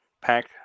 pack